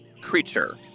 creature